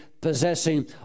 possessing